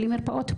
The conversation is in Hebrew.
בלי מרפאות,